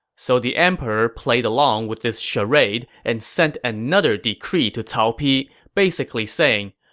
so the emperor played along with this charade and sent another decree to cao pi, basically saying,